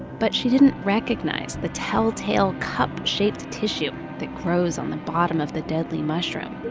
but she didn't recognize the telltale cup-shaped tissue that grows on the bottom of the deadly mushroom.